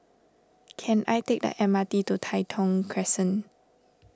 can I take the M R T to Tai Thong Crescent